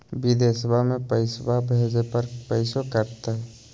बिदेशवा मे पैसवा भेजे पर पैसों कट तय?